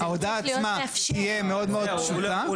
ההודעה עצמה תהיה מאוד מאוד פשוטה.